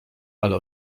ale